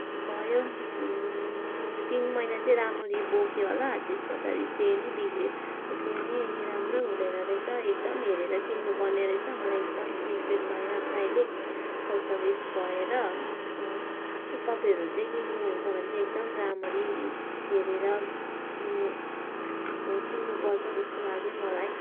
भयो तिन महिना चाहिँ रामरी बोक्यो होला त्यस पछाडि चेनै बिग्रियो त्यो चेनै राम्रो हुँदैन रहेछ एकदम हेरेर किन्नु पर्ने रहेछ मलाई एकदम रिग्रेट भइरहेको छ अहिले पैसा वेस्ट भएर तपाईँहरू चाहिँ किन्नु हुन्छ भने चाहिँ एकदम रामरी इस हेरेर किन्नु किन्नुपर्छ जस्तो लाग्यो मलाई